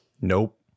Nope